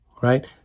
right